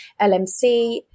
LMC